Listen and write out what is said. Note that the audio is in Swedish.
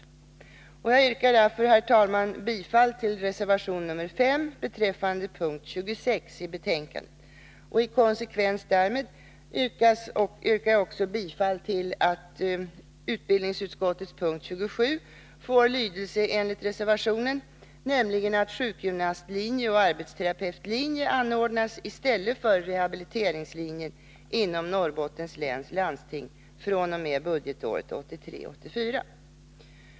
Jag yrkar därför, herr talman, bifall till reservation nr 5 beträffande mom. 26i betänkandet. I konsekvens därmed yrkar jag också bifall till att utskottets hemställan i mom. 27 får lydelse enligt reservationen, så att sjukgymnastlinje och arbetsterapeutlinje anordnas i stället för rehabiliteringslinjen inom Norrbottens läns landsting fr.o.m. budgetåret 1983/84.